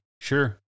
Sure